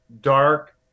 dark